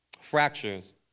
fractures